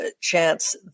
chance